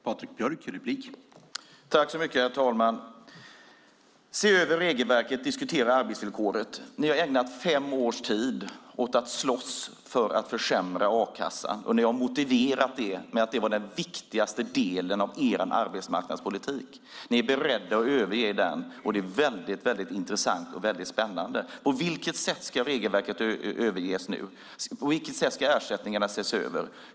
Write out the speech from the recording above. Herr talman! Tomas Tobé talar om att se över regelverk och diskutera arbetsvillkor. Ni har ägnat fem år åt att slåss för att försämra a-kassan. Ni har motiverat det med att det var den viktigaste delen av er arbetsmarknadspolitik. Nu är ni beredda att överge det, och det är intressant och spännande. På vilket sätt ska regelverket överges? På vilket sätt ska ersättningarna ses över?